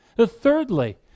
thirdly